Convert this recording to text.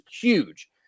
huge